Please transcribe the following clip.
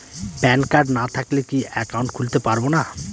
Pan card না থাকলে কি একাউন্ট খুলতে পারবো না?